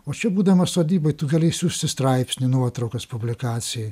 o čia būdamas sodyboj tu gali išsiųsti straipsnį nuotraukas publikacijai